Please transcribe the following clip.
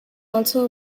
also